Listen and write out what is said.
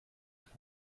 tat